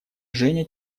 женя